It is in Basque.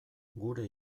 gure